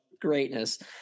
greatness